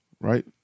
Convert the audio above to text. Right